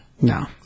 No